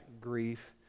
grief